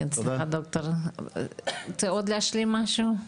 ד"ר רוצה להשלים משהו נוסף?